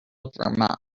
vermont